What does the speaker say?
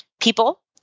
people